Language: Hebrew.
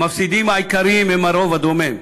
המפסידים העיקריים הם הרוב הדומם.